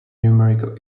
numerical